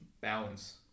balance